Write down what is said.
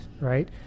right